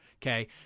Okay